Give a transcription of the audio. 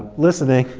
listening.